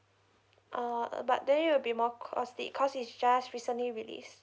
uh but there will be more costly cause it's just recently released